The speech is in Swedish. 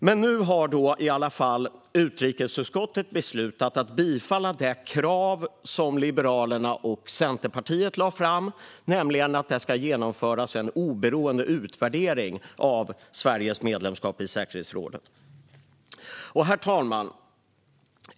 Men nu har då i alla fall utrikesutskottet beslutat att bifalla det krav som Liberalerna och Centerpartiet lade fram, nämligen att det ska genomföras en oberoende utvärdering av Sveriges medlemskap i säkerhetsrådet. Herr talman!